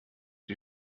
die